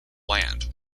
land